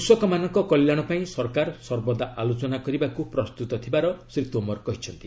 କୃଷକମାନଙ୍କ କଲ୍ୟାଣ ପାଇଁ ସରକାର ସର୍ବଦା ଅଲୋଚନା କରିବାକୁ ପ୍ରସ୍ତୁତ ଥିବାର ଶ୍ରୀ ତୋମର କହିଛନ୍ତି